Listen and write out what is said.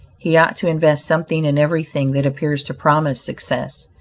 he ought to invest something in everything that appears to promise success,